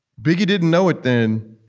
biggie didn't know it then,